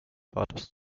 vaters